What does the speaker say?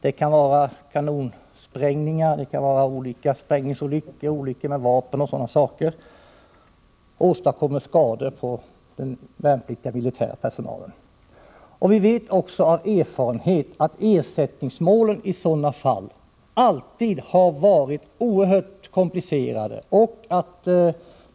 Det kan vara kanonsprängningar eller andra sprängningsolyckor, olyckor med vapen etc. som åstadkommer skador på den värnpliktiga militära personalen. Vi vet också av erfarenhet att ersättningsmålen i sådana fall alltid har varit mycket komplicerade.